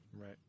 Right